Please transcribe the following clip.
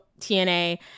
TNA